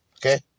Okay